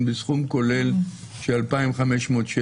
מכיוון שאתם לא מוציאים מחשבים.